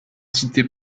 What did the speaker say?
cité